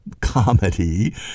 comedy